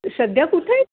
सध्या कुठे आहे